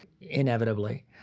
inevitably